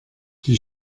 die